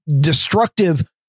destructive